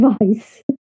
advice